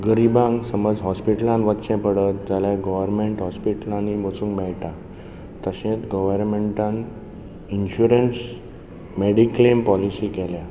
गरीबांक समज हॉस्पीटलांत वच्चे पडत जाल्यार जाल्यार गर्वरमेंट हॉस्पीटलांनी वचूंक मेळटा तशेंच गर्वरमेंटान इन्श्यूरन्स मॅडीक्लेम पॉलिसी केल्या